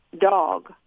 dog